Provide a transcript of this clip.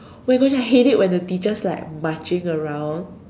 we're gonna hate it when the teachers like marching around